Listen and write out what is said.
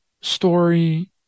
story